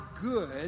good